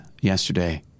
yesterday